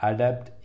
Adapt